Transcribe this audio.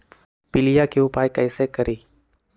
पीलिया के उपाय कई से करी?